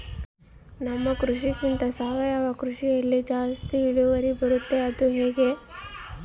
ನಮ್ಮ ಕೃಷಿಗಿಂತ ಸಾವಯವ ಕೃಷಿಯಲ್ಲಿ ಜಾಸ್ತಿ ಇಳುವರಿ ಬರುತ್ತಾ ಅದು ಹೆಂಗೆ?